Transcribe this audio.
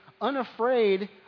unafraid